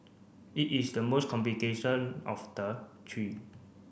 it is the most complication of the three